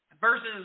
versus